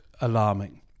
alarming